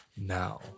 now